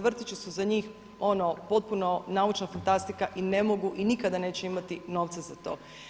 Vrtići su za njih ono potpuno naučna fantastika i ne mogu i nikada neće imati novca za to.